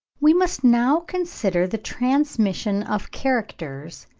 we must now consider the transmission of characters,